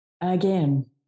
Again